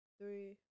three